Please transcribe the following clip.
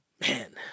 man